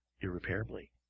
irreparably